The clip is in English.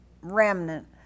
remnant